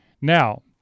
now